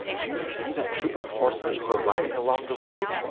do you see that troop of horsemen who are riding along the road?